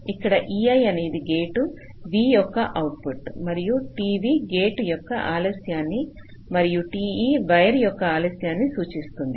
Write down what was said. ఇక్కడ ei అనేది gate v యొక్క అవుట్పుట్ మరియు t v గేటు యొక్క ఆలస్యాన్ని మరియు t e వైర్ యొక్క ఆలస్యాన్ని సూచిస్తుంది